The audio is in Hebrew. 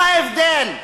מה ההבדל?